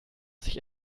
sich